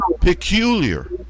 peculiar